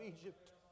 Egypt